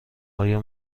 آیا